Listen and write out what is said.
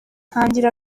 ntangira